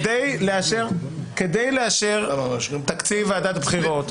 בכל מה שקשור לתקציב הבחירות,